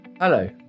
Hello